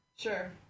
Sure